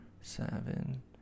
seven